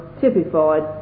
typified